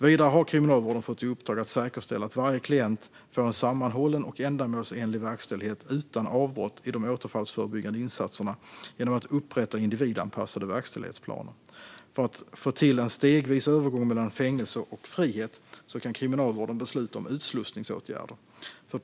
Vidare har Kriminalvården fått i uppdrag att säkerställa att varje klient får en sammanhållen och ändamålsenlig verkställighet utan avbrott i de återfallsförebyggande insatserna genom att upprätta individanpassade verkställighetsplaner. För att få till en stegvis övergång mellan fängelse och frihet kan kriminalvården besluta om utslussningsåtgärder.